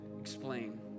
explain